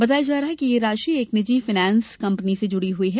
बताया जा रहा है कि ये राशि एक निजी फायनेंस कम्पनी से जुड़ी है